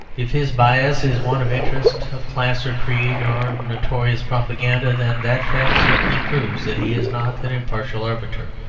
if his bias is one of interest, of class, or creed, or notorious propaganda, then that fact certainly proves that he is not an impartial arbiter.